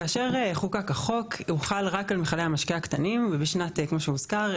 כאשר חוקק החוק הוא חל רק על מכלי המשקה הקטנים וכמו שהוזכר,